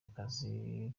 akazi